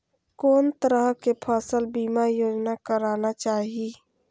कोन तरह के फसल बीमा योजना कराना चाही?